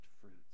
fruits